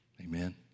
amen